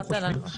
אנחנו סבורים,